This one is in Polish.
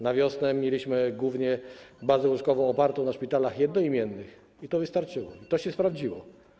Na wiosnę mieliśmy głównie bazę łóżkową opartą na szpitalach jednoimiennych i to wystarczyło, to się sprawdziło.